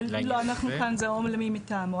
לא, אנחנו כאן זה או למי מטעמו.